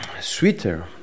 sweeter